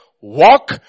walk